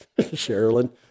Sherilyn